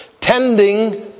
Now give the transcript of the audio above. tending